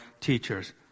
teachers